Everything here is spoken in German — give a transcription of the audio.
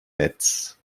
netz